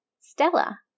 Stella